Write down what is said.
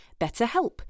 BetterHelp